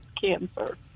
cancer